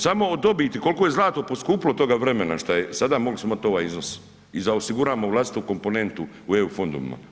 Samo od dobiti, koliko je zlato poskupilo od toga vremena, šta je, sada mogli smo imati ovaj iznos i za osiguramo vlastitu komponentu u EU fondovima.